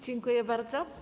Dziękuję bardzo.